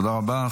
תודה רבה.